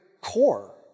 core